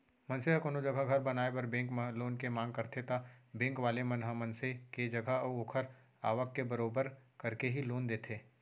मनसे ह कोनो जघा घर बनाए बर बेंक म लोन के मांग करथे ता बेंक वाले मन ह मनसे के जगा अऊ ओखर आवक के बरोबर करके ही लोन देथे